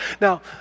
Now